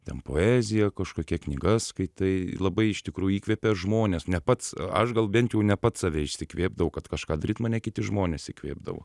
ten poezija kažkokia knygas skaitai labai iš tikrųjų įkvepia žmonės ne pats aš gal bent jau ne pats save išsikvėpdavai kad kažką daryt mane kiti žmonės įkvėpdavo